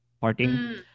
parting